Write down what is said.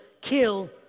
kill